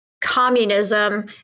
communism